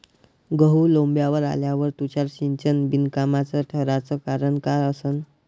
गहू लोम्बावर आल्यावर तुषार सिंचन बिनकामाचं ठराचं कारन का असन?